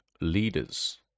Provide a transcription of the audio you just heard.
leaders